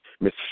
miss